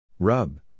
Rub